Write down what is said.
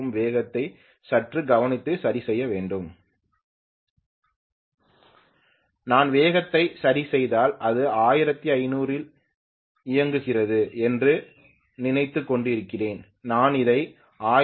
வேகத்தை சற்று கவனித்து சரி செய்ய வேண்டும் நான் வேகத்தை சரிசெய்தால் அது 1500 இல் இயங்குகிறது என்று நினைத்துக்கொண்டிருக்கிறேன் நான் அதை 1510 1515 ஆர்